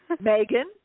Megan